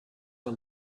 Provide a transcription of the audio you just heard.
are